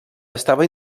estava